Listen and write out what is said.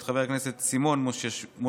למנות את חבר הכנסת סימון מושיאשוילי,